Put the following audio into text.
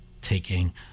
taking